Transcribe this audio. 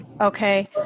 Okay